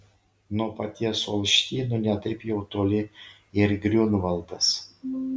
nuo paties olštyno ne taip jau toli ir griunvaldas